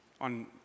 on